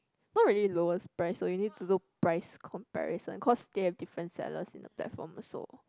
not really lowest price so you need to look price comparison cause they have different sellers in the platform also